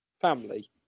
family